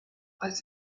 als